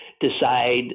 decide